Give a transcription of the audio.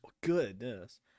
Goodness